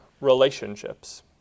relationships